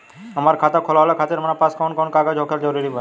हमार खाता खोलवावे खातिर हमरा पास कऊन कऊन कागज होखल जरूरी बा?